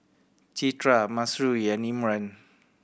Citra Mahsuri and Imran